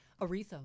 Aretha